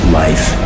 life